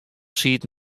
siet